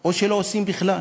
או שלא עושים בכלל.